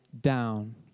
down